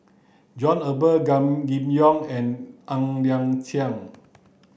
John Eber Gan Kim Yong and Ng Liang Chiang